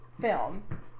film